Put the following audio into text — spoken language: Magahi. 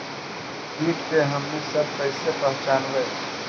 किट के हमनी सब कईसे पहचनबई?